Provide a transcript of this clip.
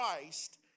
Christ